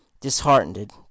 disheartened